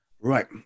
Right